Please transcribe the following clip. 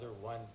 one